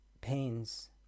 pains